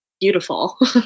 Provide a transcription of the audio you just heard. beautiful